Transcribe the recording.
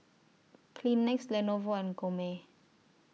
Kleenex Lenovo and Gourmet